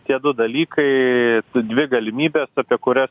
tie du dalykai dvi galimybės apie kurias